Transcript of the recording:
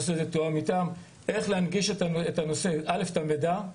איך להנגיש את המידע,